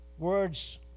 Words